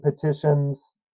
petitions